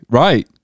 right